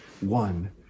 one